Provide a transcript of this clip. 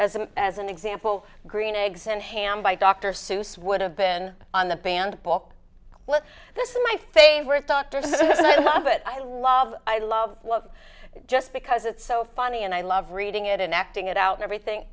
as a as an example green eggs and ham by dr seuss would have been on the banned book well this is my favorite dr says i love it i love i love love just because it's so funny and i love reading it and acting it out and everything